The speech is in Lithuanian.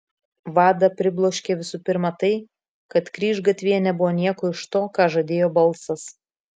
vadą pribloškė visų pirma tai kad kryžgatvyje nebuvo nieko iš to ką žadėjo balsas